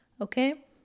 okay